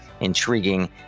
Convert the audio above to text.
intriguing